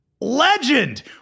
Legend